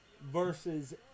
Versus